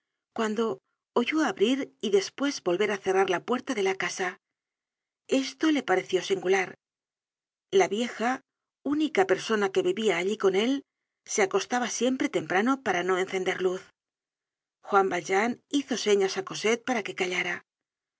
cuando oyó abrir y despues volver á cerrar la puerta de la casa esto le pareció singular la vieja única persona que vivía allí con él se acostaba siempre temprano para no encender luz juanipean hizo señas á cosette para que callara